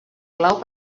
clau